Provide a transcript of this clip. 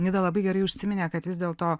nida labai gerai užsiminė kad vis dėl to